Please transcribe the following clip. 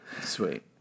Sweet